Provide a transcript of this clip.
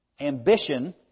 Ambition